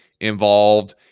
involved